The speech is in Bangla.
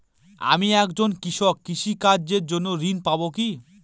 আমি একজন কৃষক কৃষি কার্যের জন্য ঋণ পাব কি?